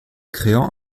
créant